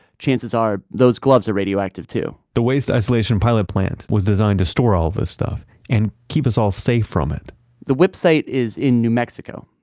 chances are those gloves are radioactive, too the waste isolation pilot plant was designed to store all of this stuff and keep us all safe from it the wipp site is in new mexico,